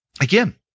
again